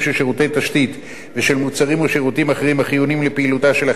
תשתית ושל מוצרים או שירותים אחרים החיוניים לפעילותה של החברה,